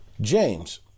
James